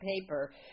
paper